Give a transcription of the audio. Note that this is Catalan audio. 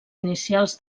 inicials